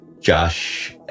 Josh